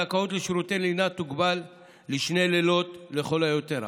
הזכאות לשירותי לינה תוגבל לשני לילות לכל היותר.